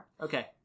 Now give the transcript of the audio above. Okay